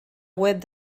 web